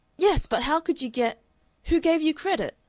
yes. but how could you get who gave you credit?